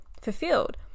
fulfilled